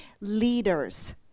leaders